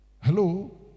Hello